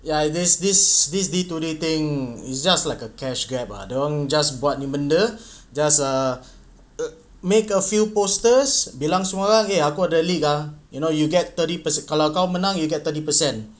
ya this this this D to D thing it's just like a cash grab ah dia orang just buat ni benda just err make a few posters bilang semua okay eh aku ada league ah you know you get thirty percent kalau kamu menang you get thirty percent